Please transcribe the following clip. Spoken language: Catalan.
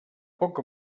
poc